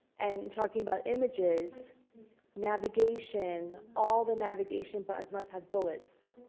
and talking about images navigation all the navigation buttons must have bullets